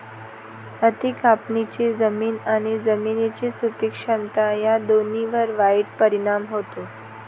अति कापणीचा जमीन आणि जमिनीची सुपीक क्षमता या दोन्हींवर वाईट परिणाम होतो